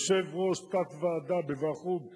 יושב-ראש תת-ועדה בוועדת חוץ וביטחון,